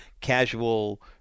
casual